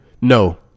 No